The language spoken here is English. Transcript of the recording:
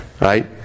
right